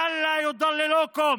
שלא יטעו אתכם.